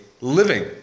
living